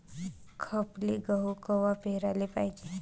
खपली गहू कवा पेराले पायजे?